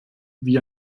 wie